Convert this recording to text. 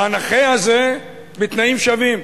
והנכה הזה בתנאים שווים,